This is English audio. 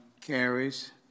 carries